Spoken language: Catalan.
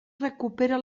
recupera